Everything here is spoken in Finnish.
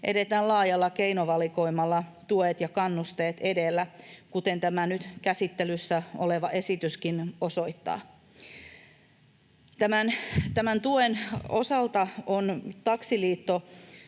edetään laajalla keinovalikoimalla tuet ja kannusteet edellä, kuten tämä nyt käsittelyssä oleva esityskin osoittaa. Tämän tuen osalta on Taksiliitto